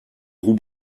roux